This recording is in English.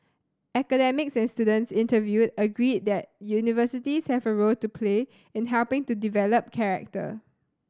academics and students interviewed agreed that universities have a role to play in helping to develop character